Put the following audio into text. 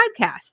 Podcast